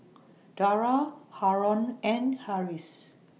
Dara Haron and Harris